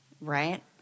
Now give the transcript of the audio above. Right